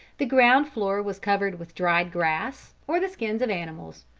the ground floor was covered with dried grass, or the skins of animals,